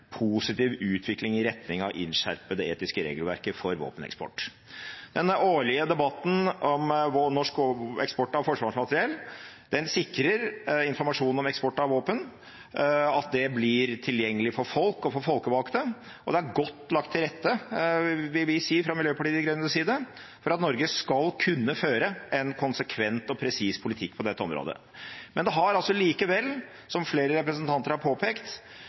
positiv utvikling i retning av å innskjerpe det etiske regelverket for våpeneksport. Denne årlige debatten om norsk eksport av forsvarsmateriell sikrer informasjon om eksport av våpen, at det blir tilgjengelig for folk og folkevalgte, og det er godt lagt til rette, vil vi si fra Miljøpartiet De Grønnes side, for at Norge skal kunne føre en konsekvent og presis politikk på dette området. Men det har altså, som flere representanter har påpekt,